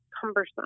cumbersome